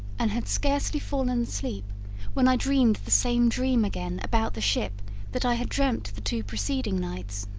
and had scarcely fallen asleep when i dreamed the same dream again about the ship that i had dreamt the two preceeding nights.